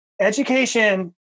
education